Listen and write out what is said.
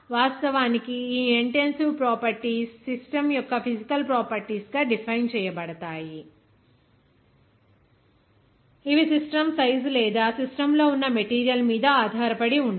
వాస్తవానికి ఈ intensive properties system యొక్క ఫిజికల్ ప్రాపర్టీస్ గా డిఫైన్ చేయబడతాయి ఇవి సిస్టమ్ సైజు లేదా సిస్టమ్లో ఉన్న మెటీరియల్ మీద ఆధారపడి ఉండవు